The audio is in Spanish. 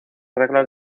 reglas